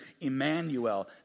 Emmanuel